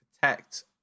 protect